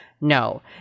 No